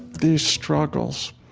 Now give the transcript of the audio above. these struggles,